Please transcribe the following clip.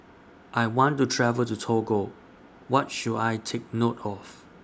I want to travel to Togo What should I Take note of